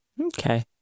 Okay